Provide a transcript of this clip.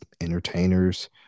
entertainers